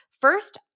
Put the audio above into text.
First